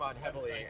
heavily